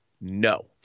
No